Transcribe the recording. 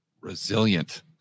resilient